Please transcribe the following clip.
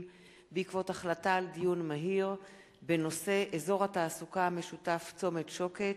בעקבות דיון מהיר בנושא: אזור התעסוקה המשותף צומת שוקת,